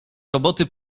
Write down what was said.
roboty